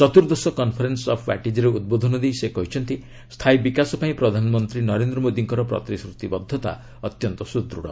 ଚତୁର୍ଦ୍ଦଶ conference of ପାର୍ଟିଜ୍ରେ ଉଦ୍ବୋଧନ ଦେଇ ସେ କହିଛନ୍ତି ସ୍ଥାୟୀ ବିକାଶ ପାଇଁ ପ୍ରଧାନମନ୍ତ୍ରୀ ନରେନ୍ଦ୍ର ମୋଦିଙ୍କର ପ୍ରତିଶ୍ରତିବଦ୍ଧତା ଅତ୍ୟନ୍ତ ସୁଦୃଢ଼